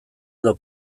edo